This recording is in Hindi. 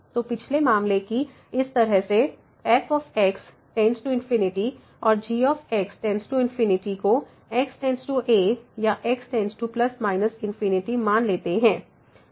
तो पिछले मामले की तरह इस fx→∞ और gx→∞ को x→a या x→±∞ मान लेते हैं